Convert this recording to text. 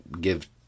give